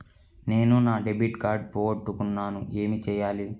నేను నా debit card పోగొట్టుకున్నాను ఏమి చేయాలి?